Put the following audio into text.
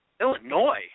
Illinois